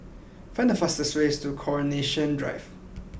find the fastest way to Coronation Drive